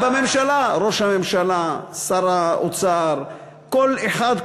בממשלה, ראש הממשלה, שר האוצר, כל אחד.